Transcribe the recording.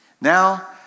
Now